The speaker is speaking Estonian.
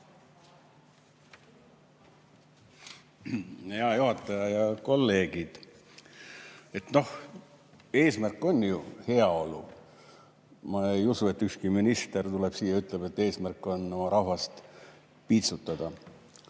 Hea juhataja! Head kolleegid! Eesmärk on ju heaolu. Ma ei usu, et ükski minister tuleks siia ja ütleks, et eesmärk on oma rahvast piitsutada.